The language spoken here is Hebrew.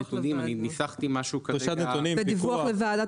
נתונים ניסחתי משהו כזה --- דיווח לוועדת